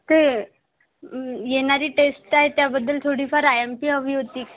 ते येणारी टेस्ट आहे त्याबद्दल थोडीफार आय एम पी हवी होती